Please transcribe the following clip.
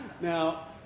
Now